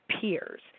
peers